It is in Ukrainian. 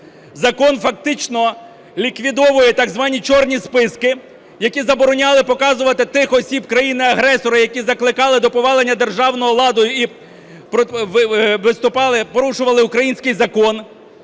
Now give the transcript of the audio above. Закон фактично ліквідовує так звані "чорні списки", які забороняли показувати тих осіб країни-агресора, які закликали до повалення державного ладу і порушували український закон.